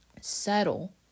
settle